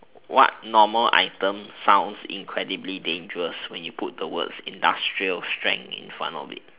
what normal item sounds incredibly dangerous when you put the word industrial strength in front of it